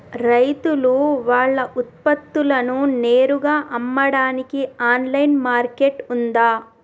రైతులు వాళ్ల ఉత్పత్తులను నేరుగా అమ్మడానికి ఆన్లైన్ మార్కెట్ ఉందా?